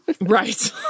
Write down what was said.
right